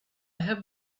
have